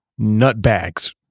nutbags